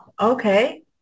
Okay